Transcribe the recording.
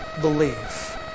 believe